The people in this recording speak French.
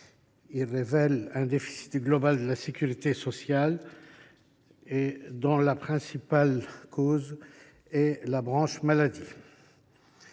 Il révèle un déficit global de la sécurité sociale dont la principale cause est la branche maladie.